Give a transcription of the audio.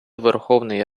верховної